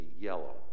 yellow